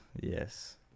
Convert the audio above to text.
yes